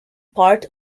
part